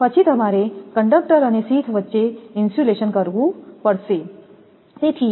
પછી તમારે કંડક્ટર અને શીથ વચ્ચે ઇન્સ્યુલેશન કરવું પડશે